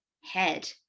head